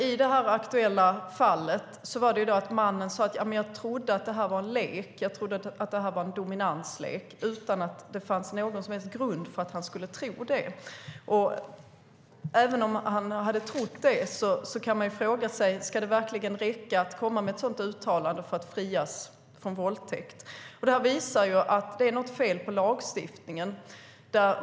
I det aktuella fallet sa mannen att han trodde att det var en lek, en dominanslek, utan att det fanns någon som helst grund för att han skulle tro det. Även om han hade trott det kan man fråga sig: Ska det verkligen räcka att komma med ett sådant uttalande för att frias från våldtäkt? Det visar att det är något fel på lagstiftningen.